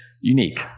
unique